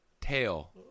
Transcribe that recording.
tail